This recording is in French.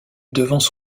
devance